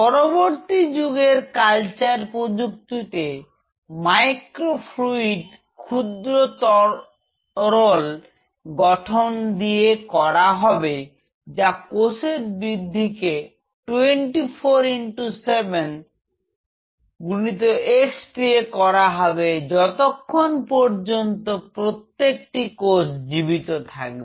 পরবর্তী যুগের কালচার প্রযুক্তি তে মাইক্রো ফ্লুইড ক্ষুদ্র তরল গঠনে দিয়ে করা হবে যা কোষের বৃদ্ধি কে 24X7 গুণিতক x দিয়ে করা হবে যতক্ষণ পর্যন্ত প্রত্যেকটি কোষ জীবিত থাকবে